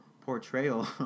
Portrayal